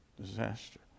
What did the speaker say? Disaster